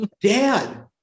dad